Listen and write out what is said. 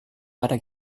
pada